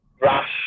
rash